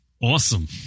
Awesome